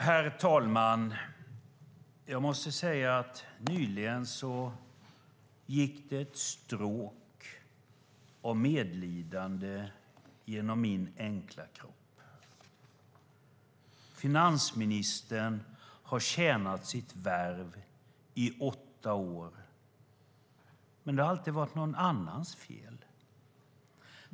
Herr talman! Nyligen gick det ett stråk av medlidande genom min enkla kropp. Finansministern har tjänat sitt värv i åtta år, men det har alltid varit någon annans fel.